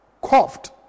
coughed